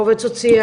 או עובד סוציאלי,